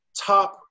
top